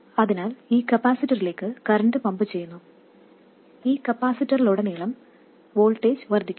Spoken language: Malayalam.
അതിനാൽ ഈ കപ്പാസിറ്ററിലേക്ക് കറന്റ് പമ്പ് ചെയ്യുന്നു ഈ കപ്പാസിറ്ററിലുടനീളം വോൾട്ടേജ് വർദ്ധിക്കുന്നു